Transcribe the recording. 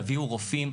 תביאו רופאים,